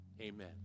Amen